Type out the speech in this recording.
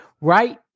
right